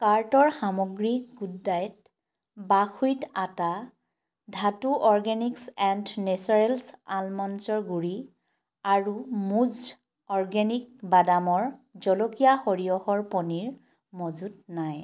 কাৰ্টৰ সামগ্ৰী good diet buckwheat আটা ধাতু অৰ্গেনিকছ এণ্ড নেচাৰেল্ছ আলমণ্ডৰ গুড়ি আৰু মুজ অৰ্গেনিক বাদামৰ জলকীয়া সৰিয়হৰ পনীৰ মজুত নাই